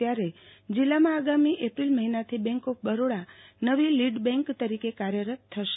ત્યારે જિલ્લામાં આગામી એપ્રિલ મફિનાથી બેંક ઓફ બરોડા નવી લીડ બેંન્ક તરીકે કાર્યરત થસે